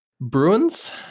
Bruins